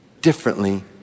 differently